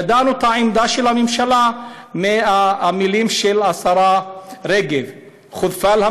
ידענו את העמדה של הממשלה מהמילים של השרה רגב (אומר בערבית: דבריה,